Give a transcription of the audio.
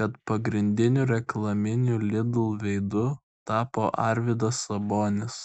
kad pagrindiniu reklaminiu lidl veidu tapo arvydas sabonis